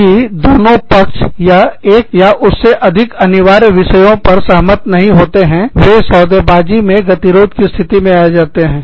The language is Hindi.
यदि दोनों पक्ष एक या उससे अधिक अनिवार्य विषयों पर वे सहमत नहीं होते हैं वे सौदेबाजी सौदाकारी मे गतिरोध की स्थिति में आ जाते हैं